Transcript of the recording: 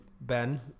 Ben